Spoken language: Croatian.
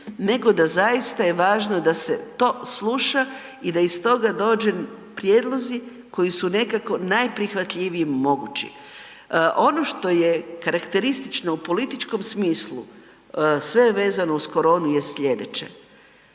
nego da zaista je važno da se to sluša i da iz toga dođu prijedlozi koji su nekako najprihvatljiviji mogući. Ono što je karakteristično u političkom smislu, sve je vezano uz koronu je sljedeće,